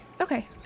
Okay